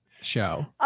show